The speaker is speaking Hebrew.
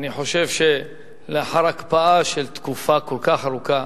ואני חושב שלאחר הקפאה של תקופה כל כך ארוכה,